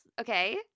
Okay